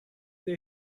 they